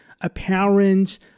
apparent